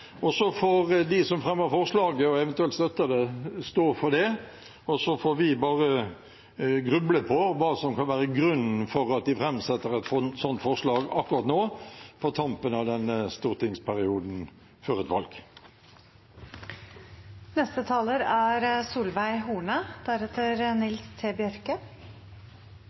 de som fremmer forslaget, og eventuelt støtter det, stå for det, og så får vi bare gruble på hva som kan være grunnen for at de framsetter at slikt forslag akkurat nå, på tampen av denne stortingsperioden, før et